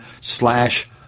slash